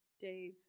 Dave